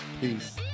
Peace